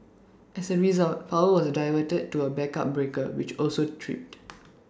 as A result power was diverted to A backup breaker which also tripped